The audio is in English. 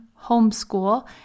homeschool